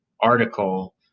article